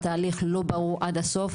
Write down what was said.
והתהליך לא ברור עד הסוף,